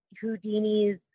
Houdini's